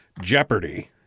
Jeopardy